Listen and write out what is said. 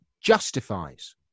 justifies